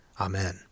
Amen